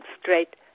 straight